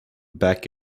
back